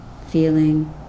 feeling